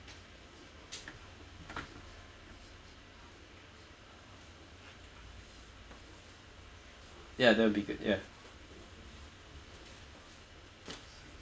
ya that'll be good ya